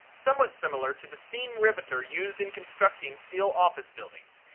somewhat similar to the steam riveter used in constructing steel office buildings,